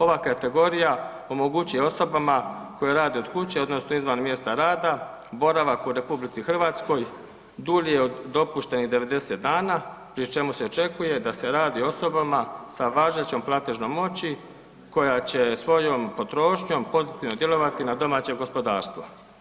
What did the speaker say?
Ova kategorija omogućuje osobama koje rade od kuće odnosno izvan mjesta rada boravak u RH dulji od dopuštenih 90 dana pri čemu se očekuje da se radi o osobama sa važećom platežnom moći koja će svojom potrošnjom pozitivno djelovati na domaće gospodarstvo.